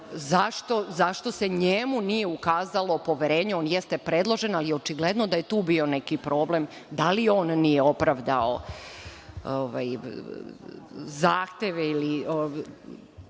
zašto se njemu nije ukazalo poverenje. On jeste predložen, ali očigledno da je tu bio neki problem, da li on nije opravdao zahteve koji